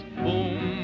boom